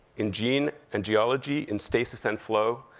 in gene and geology, in stasis and flow.